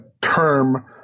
term